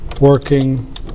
working